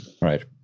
Right